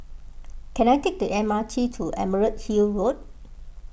can I take the M R T to Emerald Hill Road